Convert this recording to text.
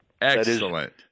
Excellent